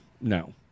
no